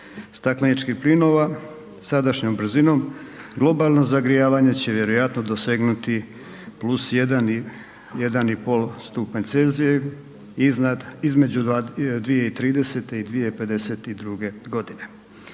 stakleničkih plinova sadašnjom brzinom globalno zagrijavanje će vjerojatno dosegnuti +1, 1,5 stupanj C iznad, između 2030. i 2052. godine.